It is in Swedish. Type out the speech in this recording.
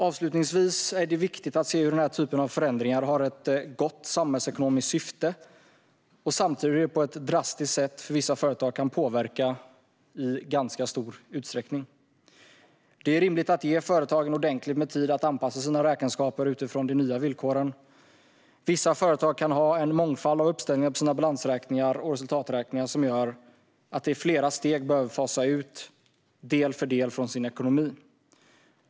Avslutningsvis är det viktigt att se hur den här typen av förändringar har ett gott samhällsekonomiskt syfte samtidigt som de på ett drastiskt sätt kan påverka vissa företag i ganska stor utsträckning. Det är rimligt att ge företagen ordentligt med tid att anpassa sina räkenskaper utifrån de nya villkoren. Vissa företag kan ha en mångfald av uppställningar på sina balansräkningar och resultaträkningar som gör att de i flera steg behöver fasa ut del för del från sin ekonomi.